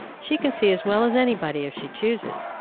she can see as well as any body, if she chooses.